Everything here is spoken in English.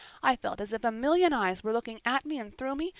i felt as if a million eyes were looking at me and through me,